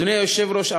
אדוני היושב-ראש,